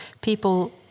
people